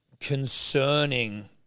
concerning